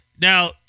Now